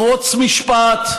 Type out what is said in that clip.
לחרוץ משפט,